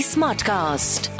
Smartcast